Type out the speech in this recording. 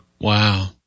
wow